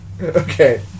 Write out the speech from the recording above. Okay